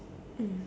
mm